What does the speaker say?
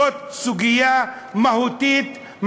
זאת סוגיה מהותית,